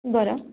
बरं